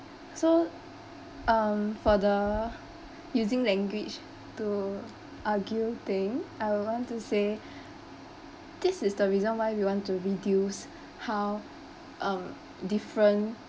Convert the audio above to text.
so um for the using language to argue thing I would want to say this is the reason why we want to reduce how um different